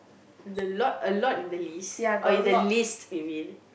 the lot a lot in the list or in the list you mean